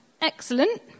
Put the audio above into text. Excellent